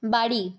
বাড়ি